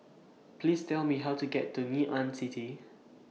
Please Tell Me How to get to Ngee Ann City